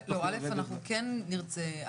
אנחנו כן נרצה.